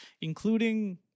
including